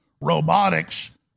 robotics